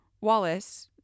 wallace